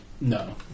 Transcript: No